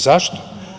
Zašto?